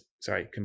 Sorry